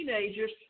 teenagers